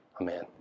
Amen